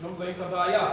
אם היית מזהה את הבעיה,